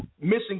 missing